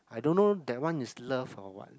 I don't know that one is love or what